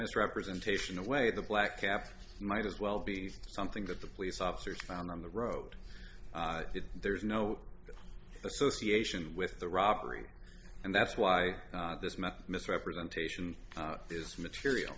misrepresentation away the black caps might as well be something that the police officers found on the road there's no association with the robbery and that's why this matter misrepresentation this material